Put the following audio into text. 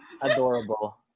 adorable